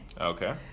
Okay